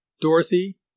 Dorothy